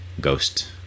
ghost